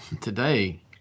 today